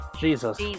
Jesus